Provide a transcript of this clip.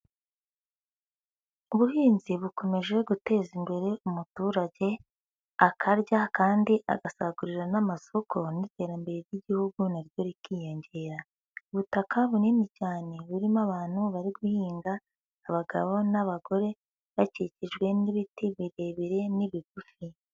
Ubuhinzi bukomeje guteza imbere umuturage akarya, kandi agasagurira n'amasoko n'iterambere ry'igihugu naryo rikiyongera, ubutaka bunini cyane burimo abantu bari guhinga abagabo n'abagore bakikijwe n'ibiti birebire n'ibigufi.